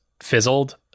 fizzled